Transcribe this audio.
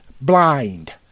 blind